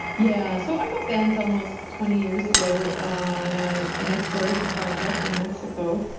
yeah. so, i got bent almost twenty years ago on ah an exploration project in mexico.